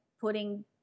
putting